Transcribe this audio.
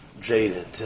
Jaded